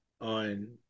on